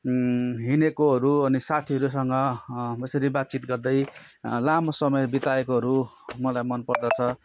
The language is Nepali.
हिँडेकोहरू अनि साथीहरूसँग हो यसरी बातचित गर्दै लामो समय बिताएकोहरू मलाई मनपर्दछ